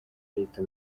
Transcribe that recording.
leta